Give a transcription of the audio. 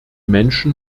menschen